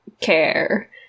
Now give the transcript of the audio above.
care